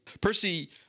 Percy